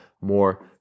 more